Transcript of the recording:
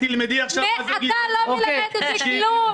--- אתה לא מלמד אותי כלום.